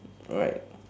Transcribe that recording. alright